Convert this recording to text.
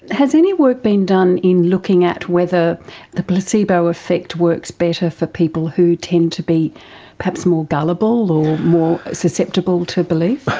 has any work been done in looking at whether the placebo effect works better for people who tend to be perhaps more gullible or more susceptible to believe?